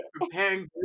preparing